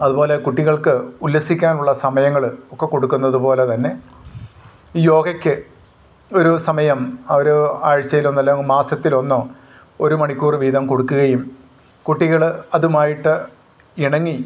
അതുപോലെ കുട്ടികൾക്ക് ഉല്ലസിക്കാനുള്ള സമയങ്ങൾ ഒക്കെ കൊടുക്കുന്നത് പോലെത്തന്നെ യോഗക്ക് ഒരു സമയം ആ ഒരു ആഴ്ചയിലൊന്ന് അല്ലെങ്കിൽ മാസത്തിലൊന്നോ ഒരു മണിക്കൂറ് വീതം കൊടുക്കുകയും കുട്ടികൾ അതുമായിട്ട് ഇണങ്ങി